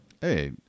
hey